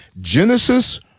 Genesis